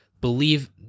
believe